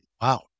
Wow